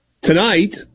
Tonight